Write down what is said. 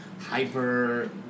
hyper